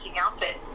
outfit